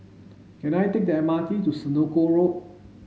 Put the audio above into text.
can I take the M R T to Senoko Road